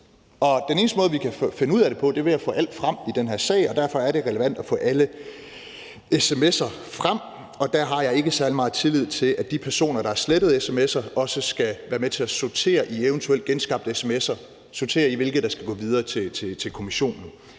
den eneste måde, vi kan finde ud af det på, er ved at få alt frem i den her sag, og derfor er det relevant at få alle sms'er frem, og der har jeg ikke særlig meget tillid til, at de personer, der har slettet sms'er, også skal være med til at sortere i eventuelt genskabte sms'er og sortere, hvilke der skal gå videre til kommissionen.